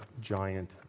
giant